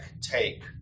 take